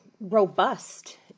robust